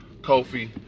Kofi